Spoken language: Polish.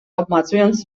obmacując